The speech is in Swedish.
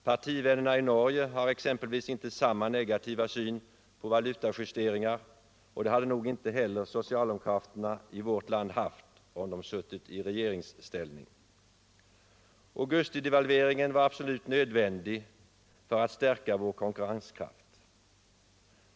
Partivännerna i Norge har exempelvis inte samma negativa syn på valutajusteringar, och det hade nog inte heller socialdemokraterna i vårt land haft om de suttit i regeringsställning. Augustidevalveringen var absolut nödvnädig för att stärka vår konkurrenskraft.